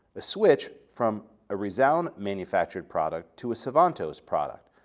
a switch from a resound manufactured product to a sivantos product,